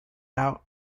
out